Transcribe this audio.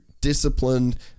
disciplined